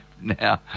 now